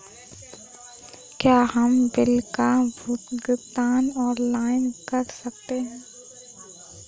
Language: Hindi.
क्या हम बिल का भुगतान ऑनलाइन कर सकते हैं?